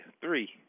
three